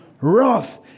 wrath